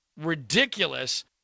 ridiculous